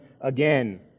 again